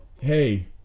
hey